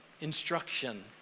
instruction